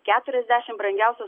keturiasdešim brangiausias